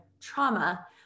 trauma